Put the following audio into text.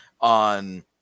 on